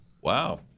Wow